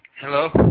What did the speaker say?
Hello